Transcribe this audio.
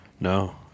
No